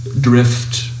drift